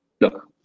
look